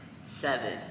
seven